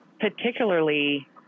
particularly